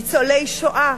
ניצולי שואה,